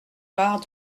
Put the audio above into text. part